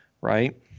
right